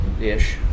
ish